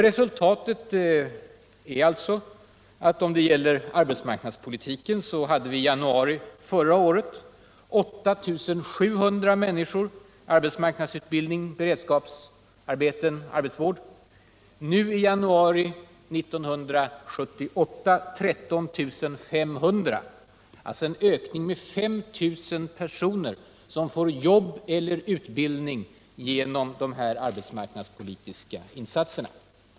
Resultatet är att vi när det gäller arbetsmarknadspolitiken i januari förra året hade 8 700 människor i arbetsmarknadsutbildning, beredskapsarbeten och arbetsvård. Nu i januari 1978 är motsvarande siffra 13 500, alltså en ökning med ca 5 000 personer som får jobb eller utbildning genom de här arbetsmarknadspolitiska insatserna.